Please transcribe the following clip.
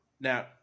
Now